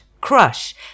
crush